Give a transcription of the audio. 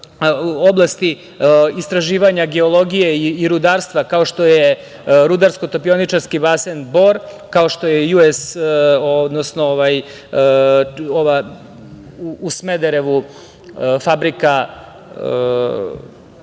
oblasti istraživanja geologije i rudarstva, kao što je Rudarsko-topioničarski basen "Bor", kao što je Železara u Smederevu. Dakle,